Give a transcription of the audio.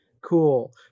cool